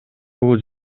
бул